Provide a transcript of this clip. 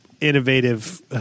innovative